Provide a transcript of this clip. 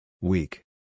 Weak